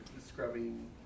scrubbing